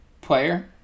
player